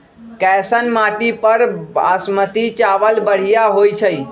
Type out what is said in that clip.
कैसन माटी पर बासमती चावल बढ़िया होई छई?